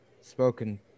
spoken